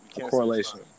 correlation